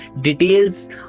details